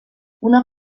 una